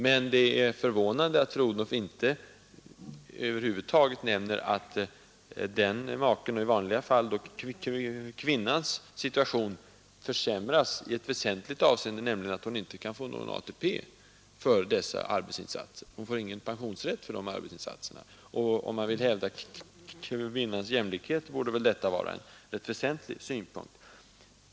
Men det är förvånande att fru Odhnoff inte nämner att i det här fallet den ena makens — vanligen kvinnans — situation försämras i ett väsentligt avseende, nämligen att hon inte får någon rätt till ATP-pension för sin arbetsinsats. Om man vill hävda kvinnans jämlikhet borde det vara väsentligt att ändra på detta.